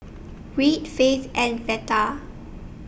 Reid Faith and Veta